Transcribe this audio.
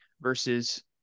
versus